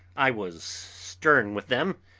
i was stern with them,